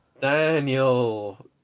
Daniel